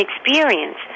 experience